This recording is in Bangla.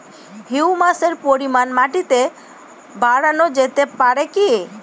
হিউমাসের পরিমান মাটিতে বারানো যেতে পারে কি?